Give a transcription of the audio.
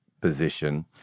position